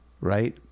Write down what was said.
Right